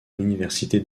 l’université